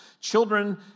Children